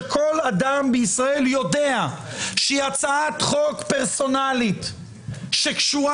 שכל אדם בישראל יודע שהיא הצעת חוק פרסונלית שקשורה